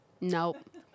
Nope